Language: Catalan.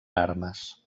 armes